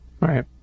Right